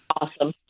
awesome